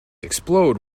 explode